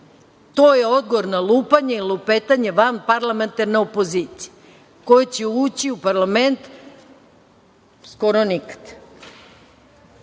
To je odgovor na lupanje i lupetanje vanparlamentarne opozicije koja će ući u parlament skoro nikada.